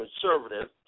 conservative